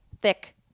thick